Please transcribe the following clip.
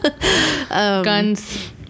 guns